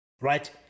Right